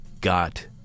got